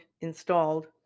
installed